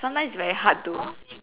sometimes is very hard to